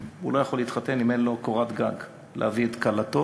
הוא לא יכול להתחתן אם אין לו קורת גג להביא אליה את כלתו.